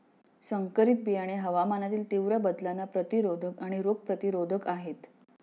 संकरित बियाणे हवामानातील तीव्र बदलांना प्रतिरोधक आणि रोग प्रतिरोधक आहेत